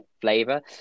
flavor